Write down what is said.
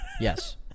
Yes